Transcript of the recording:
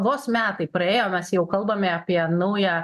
vos metai praėjo mes jau kalbame apie naują